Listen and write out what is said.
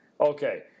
Okay